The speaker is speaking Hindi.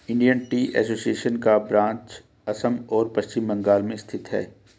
इंडियन टी एसोसिएशन का ब्रांच असम और पश्चिम बंगाल में स्थित है